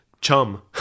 Chum